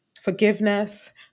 forgiveness